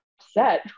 Upset